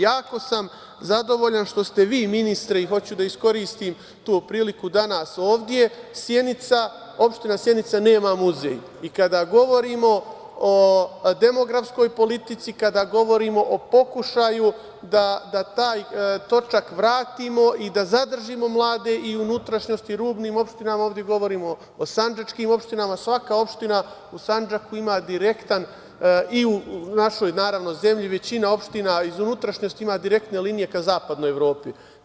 Jako sam zadovoljan što ste vi, ministre i hoću da iskoristim tu priliku danas ovde, Sjenica, opština Sjenica nema muzej i kada govorimo o demografskoj politici, kada govorimo o pokušaju da taj točak vratimo i da zadržimo mlade i u unutrašnjosti, rubnim opštinama, ovde govorim o sandžačkim opštinama, svaka opština u Sandžaku ima direktan i u našoj, naravno zemlji, većina opština iz unutrašnjosti ima direktne linije ka zapadnoj Evropi.